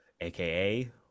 aka